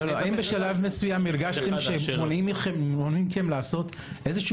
האם בשלב מסוים הרגשתם שמונעים מכם לעשות איזושהי